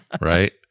right